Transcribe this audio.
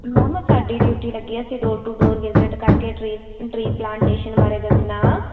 ma'am ਸਾਡੀ duty ਲੱਗੀ ਅਸੀਂ ਡੋਰ ਟੂ ਡੋਰ ਵਿਜਿਟ ਕਰਕੇ ਟਰੀ ਟਰੀ ਪਲਾਂਟੇਸ਼ਨ ਬਾਰੇ ਦੱਸਣਾ